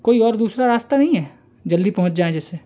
कोई और दूसरा रास्ता नहीं है जल्दी पहुँच जाए जिससे